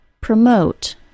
Promote